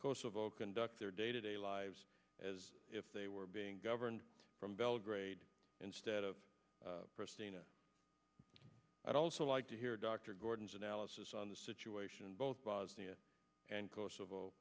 kosovo conduct their day to day lives as if they were being governed from belgrade instead of pristina i'd also like to hear dr gordon's analysis on the situation in both bosnia and kosovo